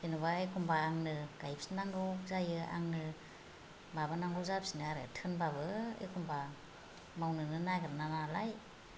जेनेबा एखनबा आंनो गायफिननांगौ जायो आंनो माबानांगौ जाफिनो आरो थिनबाबो एखनबा मावनोनो नागिरा नालाय